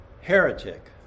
Heretic